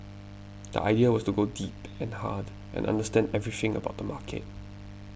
the idea was to go deep and hard and understand everything about the market